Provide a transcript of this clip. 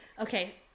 okay